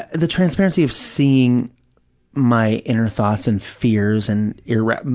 the transparency of seeing my inner thoughts and fears and irra,